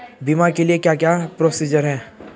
बीमा के लिए क्या क्या प्रोसीजर है?